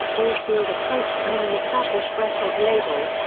oldfield approached many established record labels,